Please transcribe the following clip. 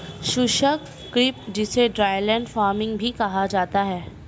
शुष्क कृषि जिसे ड्राईलैंड फार्मिंग भी कहा जाता है